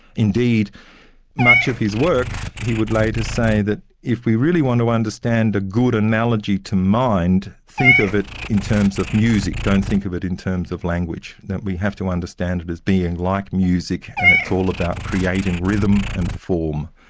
indeed much of his work he would like later say that if you really want to understand a good analogy to mind, think of it in terms of music, don't think of it in terms of language that we have to understand it is being like music and it's all about creating rhythm and form,